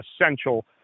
essential